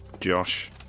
Josh